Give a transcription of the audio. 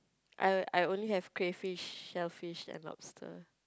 I I only have crayfish shellfish and lobster